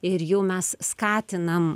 ir jau mes skatinam